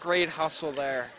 great hustle there